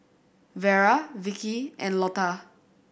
Vera Vikki and Lotta